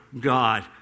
God